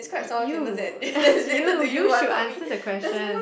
you you you you should answer the question